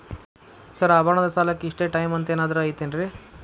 Sir ಆಭರಣದ ಸಾಲಕ್ಕೆ ಇಷ್ಟೇ ಟೈಮ್ ಅಂತೆನಾದ್ರಿ ಐತೇನ್ರೇ?